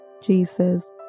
Jesus